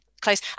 Close